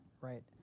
right